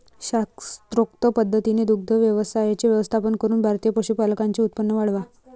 शास्त्रोक्त पद्धतीने दुग्ध व्यवसायाचे व्यवस्थापन करून भारतीय पशुपालकांचे उत्पन्न वाढवा